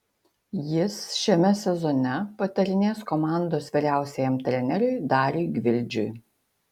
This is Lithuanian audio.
jis šiame sezone patarinės komandos vyriausiajam treneriui dariui gvildžiui